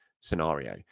scenario